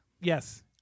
Yes